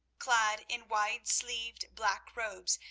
clad in wide-sleeved, black robes,